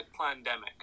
pandemic